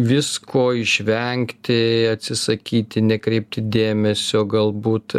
visko išvengti atsisakyti nekreipti dėmesio galbūt